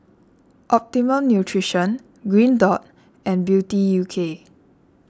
Optimum Nutrition Green Dot and Beauty U K